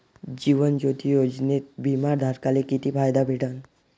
जीवन ज्योती योजनेत बिमा धारकाले किती फायदा भेटन?